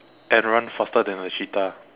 and run faster than a cheetah